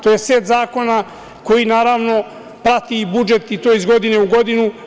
To je set zakona koji, naravno, prati budžet, i to iz godine u godinu.